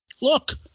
Look